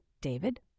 David